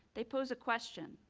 they pose a question.